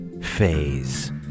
phase